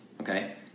okay